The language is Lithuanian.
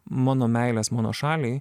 mano meilės mano šaliai